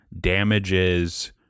damages